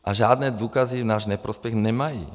A žádné důkazy v náš neprospěch nemají.